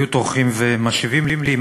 היו טורחים ומשיבים לי.